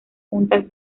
juntas